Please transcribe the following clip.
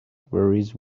whereas